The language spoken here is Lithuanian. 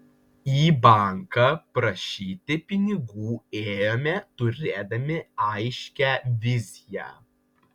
į banką prašyti pinigų ėjome turėdami aiškią viziją